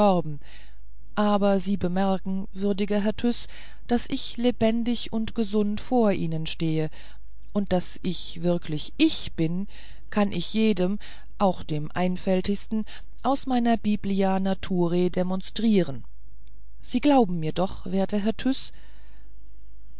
aber sie bemerken würdiger herr tyß daß ich lebendig und gesund vor ihnen stehe und daß ich wirklich ich bin kann ich jedem auch dem einfältigsten aus meiner biblia naturae demonstrieren sie glauben mir doch werter herr